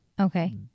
Okay